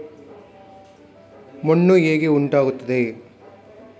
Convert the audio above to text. ಮಣ್ಣು ಹೇಗೆ ಉಂಟಾಗುತ್ತದೆ?